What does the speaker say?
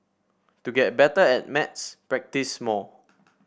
to get better at maths practise more